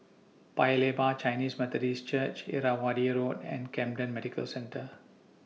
Paya Lebar Chinese Methodist Church Irrawaddy Road and Camden Medical Centre